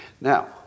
Now